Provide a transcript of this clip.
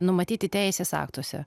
numatyti teisės aktuose